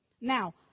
Now